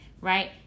right